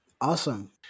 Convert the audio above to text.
Awesome